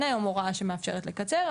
אין היום הוראה שמאפשרת לקצר,